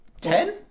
ten